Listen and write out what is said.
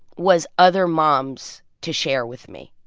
was other moms to share with me.